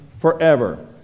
forever